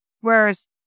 whereas